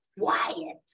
Quiet